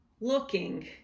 looking